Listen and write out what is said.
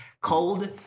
cold